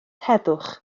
heddwch